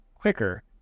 quicker